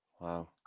Wow